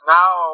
now